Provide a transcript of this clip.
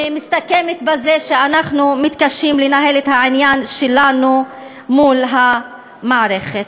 שמסתכמת בזה שאנחנו מתקשים לנהל את העניין שלנו מול המערכת.